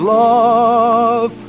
love